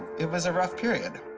it was a rough period.